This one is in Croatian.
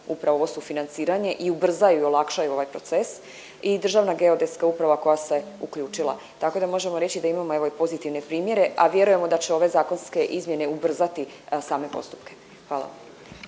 upravo ovo sufinanciranje i ubrzaju i olakšaju ovaj proces i Državna geodetska uprava koja se uključila. Tako da možemo reći da imamo evo i pozitivne primjere, a vjerujemo da će ove zakonske izmjene ubrzati same postupke. Hvala.